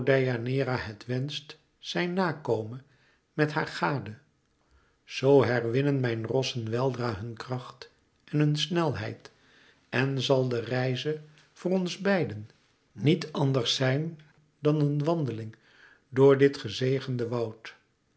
deianeira het wenscht zij na kome met haar gade zoo herwinnen mijn rossen weldra hun kracht en hun snelheid en zal de reize voor ns beiden niet anders zijn dan een wandeling door dit gezegende woud